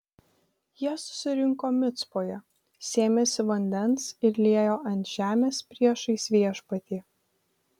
jie susirinko micpoje sėmėsi vandens ir liejo ant žemės priešais viešpatį